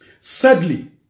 Sadly